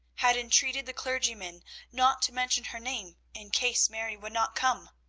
had entreated the clergyman not to mention her name in case mary would not come.